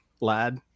lad